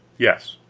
yes,